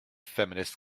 feminist